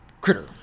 critter